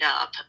up